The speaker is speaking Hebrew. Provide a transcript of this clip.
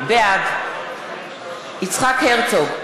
בעד יצחק הרצוג,